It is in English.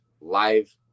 live